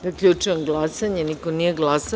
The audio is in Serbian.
Zaključujem glasanje: niko nije glasao.